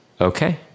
Okay